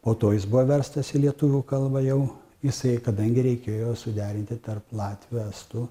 po to jis buvo verstas į lietuvių kalbą jau jisai kadangi reikėjo suderinti tarp latvių estų